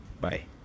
Bye